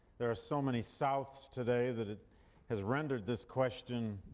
there are so many south's today that it has rendered this question